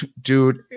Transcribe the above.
dude